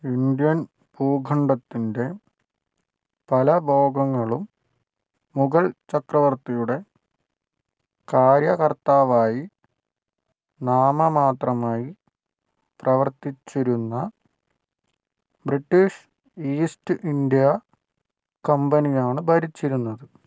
Indian ഭൂഖണ്ഡത്തിൻ്റെ പല ഭാഗങ്ങളും മുഗൾ ചക്രവർത്തിയുടെ കാര്യകർത്താവായി നാമമാത്രമായി പ്രവർത്തിച്ചിരുന്ന ബ്രിട്ടീഷ് ഈസ്റ്റ് ഇന്ത്യാ കമ്പനിയാണ് ഭരിച്ചിരുന്നത്